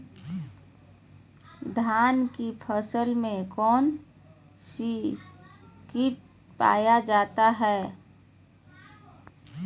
धान की फसल में कौन सी किट पाया जाता है?